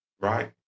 Right